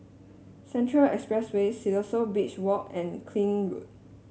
Central Expressway Siloso Beach Walk and Keene Road